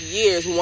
years